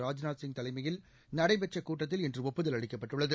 ராஜ்நாத் சிங் தலைமையில் நடைபெற்ற கூட்டத்தில் இன்று ஒப்புதல் அளிக்கப்பட்டுள்ளது